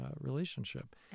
relationship